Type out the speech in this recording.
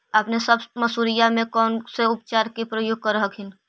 अपने सब मसुरिया मे कौन से उपचार के प्रयोग कर हखिन?